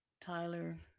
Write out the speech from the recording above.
Tyler